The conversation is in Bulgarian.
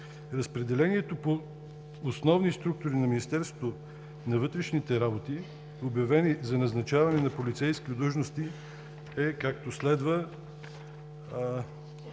Разпределението по основни структури на Министерството на вътрешните работи, обявени за назначаване на полицейски длъжности, е както следва: